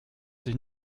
sich